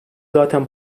zaten